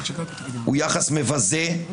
הוא יחס מבזה.